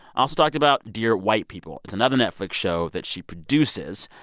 also talked about dear white people. it's another netflix show that she produces.